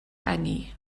eni